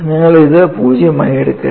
നിങ്ങൾ ഇത് 0 ആയി എടുക്കരുത്